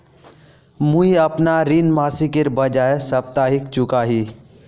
मुईअपना ऋण मासिकेर बजाय साप्ताहिक चुका ही